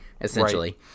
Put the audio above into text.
essentially